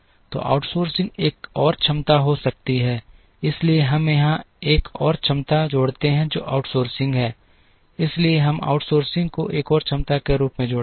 तो आउटसोर्सिंग एक और क्षमता हो सकती है इसलिए हम यहां एक और क्षमता जोड़ते हैं जो आउटसोर्सिंग है इसलिए हम आउटसोर्सिंग को एक और क्षमता के रूप में जोड़ते हैं